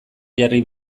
jarri